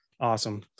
awesome